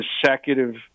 consecutive